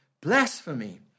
blasphemy